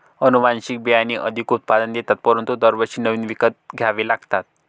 अनुवांशिक बियाणे अधिक उत्पादन देतात परंतु दरवर्षी नवीन विकत घ्यावे लागतात